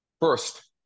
first